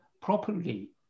properly